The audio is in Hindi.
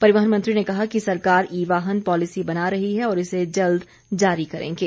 परिवहन मंत्री ने कहा कि सरकार ई वाहन पालिसी बना रही है और इसे जल्द जारी करेंगे